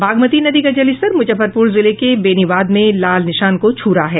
बागमती नदी का जलस्तर मुजफ्फरपुर जिले के बेनीवाद में लाल निशान को छू रहा है